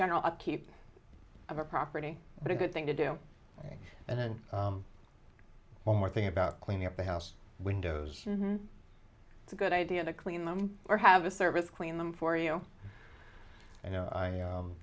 general upkeep of a property but a good thing to do and then one more thing about cleaning up the house windows it's a good idea to clean them or have a service clean them for you you know i